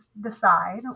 decide